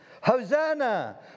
Hosanna